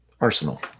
Arsenal